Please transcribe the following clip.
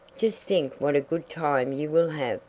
just think what a good time you will have,